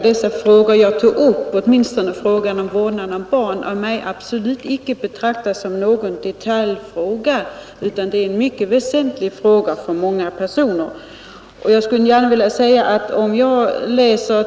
Herr talman! Jag vill påpeka att de frågor, som jag tog upp, av mig absolut inte betraktas som några detaljfrågor. Åtminstone frågan om vårdnaden av barn är en mycket väsentlig fråga för många personer.